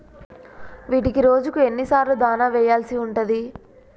వీటికి రోజుకు ఎన్ని సార్లు దాణా వెయ్యాల్సి ఉంటది?